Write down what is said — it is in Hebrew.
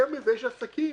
יותר מזה, יש עסקים